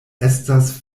estas